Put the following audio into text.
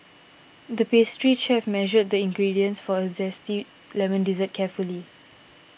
the pastry chef measured the ingredients for a Zesty Lemon Dessert carefully